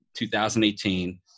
2018